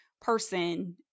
person